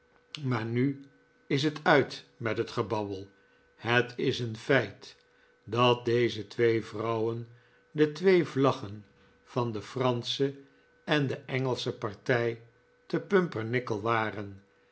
maar nu is het uit met het gebabbel het is een feit dat deze twee vrouwen de twee vlaggen van de fransche en de engelsche partij te pumpernickel waren